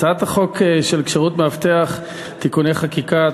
הצעת חוק כשירות מאבטח (תיקוני חקיקה),